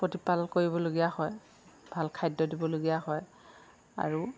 প্ৰতিপাল কৰিবলগীয়া হয় ভাল খাদ্য দিবলগীয়া হয় আৰু